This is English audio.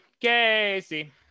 Casey